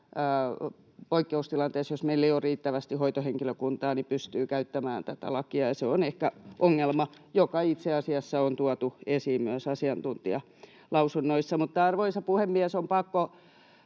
poikkeustilanteessa, jos meillä ei ole riittävästi hoitohenkilökuntaa, pystyy käyttämään, ja se on ehkä ongelma, joka itse asiassa on tuotu esiin myös asiantuntijalausunnoissa. Arvoisa puhemies! On pakko